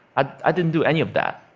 i didn't do any of that.